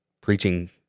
preaching